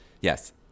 Yes